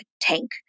tank